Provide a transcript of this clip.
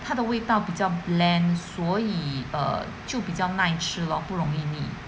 它的味道比较 bland 所以 err 就比较耐吃咯不容易泥